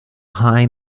high